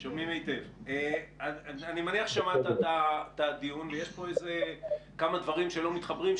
אני מניח ששמעת את הדיון ויש פה כמה דברים שלא מתחברים,